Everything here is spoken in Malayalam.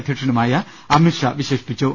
അധ്യക്ഷനുമായ അമിത്ഷാ വിശേഷിപ്പിച്ചു